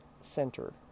Center